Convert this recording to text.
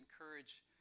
encourage